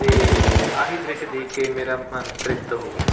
ਅਤੇ ਆਹੀ ਦ੍ਰਿਸ਼ ਦੇਖ ਕੇ ਮੇਰਾ ਮਨ ਤ੍ਰਿਪਤ ਹੋ ਗਿਆ